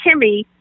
Kimmy